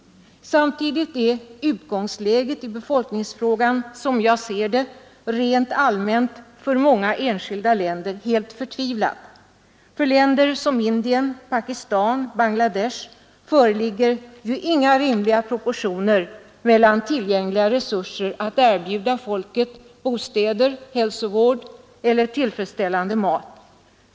Samtidigt är utgångsläget i befolkningsfrågan, som jag ser det, rent allmänt för många enskilda länder helt förtvivlat. För länder som Indien, Pakistan och Bangladesh föreligger ju inga rimliga proportioner när det gäller de tillgängliga resurserna att erbjuda folket bostäder, hälsovård eller tillfredsställande mat.